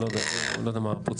אני לא יודע מה הפרוצדורה.